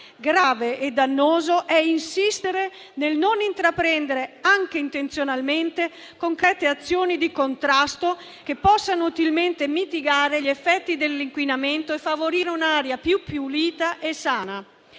Grave e dannoso è insistere nel non intraprendere, anche intenzionalmente, concrete azioni di contrasto che possano utilmente mitigare gli effetti dell'inquinamento e favorire un'aria più pulita e sana.